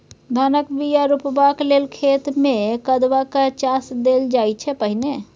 धानक बीया रोपबाक लेल खेत मे कदबा कए चास देल जाइ छै पहिने